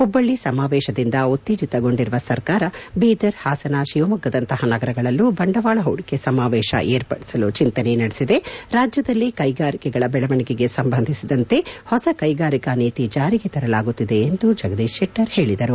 ಹುಬ್ಬಳ್ಳ ಸಮಾವೇಶದಿಂದ ಉತ್ತೇಜತಗೊಂಡಿರುವ ಸರ್ಕಾರ ಬೀದರ್ ಪಾಸನ ಶಿವಮೊಗ್ಗದಂತಪ ನಗರಗಳಲ್ಲೂ ಬಂಡವಾಳ ಹೂಡಿಕೆ ಸಮಾವೇಶ ವಿರ್ಪಡಿಸಲು ಚಂತನೆ ನಡೆಸಿದೆ ರಾಜ್ಯದಲ್ಲಿ ಕೈಗಾರಿಕೆಗಳ ಬೆಳವಣಿಗಗೆ ಸಂಬಂಧಿಸಿದಂತೆ ಹೊಸ ಕೈಗಾರಿಕಾ ನೀತಿ ಜಾರಿಗೆ ತರಲಾಗುತ್ತಿದೆ ಎಂದು ಜಗದೀಶ್ ಶೆಟ್ಟರ್ ಹೇಳಿದರು